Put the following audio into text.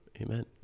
Amen